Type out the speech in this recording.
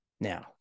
Now